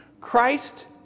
Christ